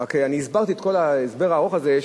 רק הסברתי את כל ההסבר הארוך הזה,